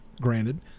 granted